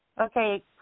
Okay